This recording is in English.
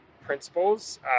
principles